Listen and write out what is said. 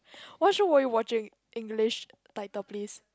what show were you watching English title please